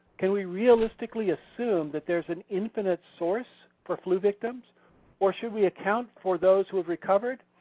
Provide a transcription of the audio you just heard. can we realistically assume that there's an infinite source for flu victims or should we account for those who have recovered?